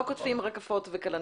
לא קוטפים רקפות וכלניות.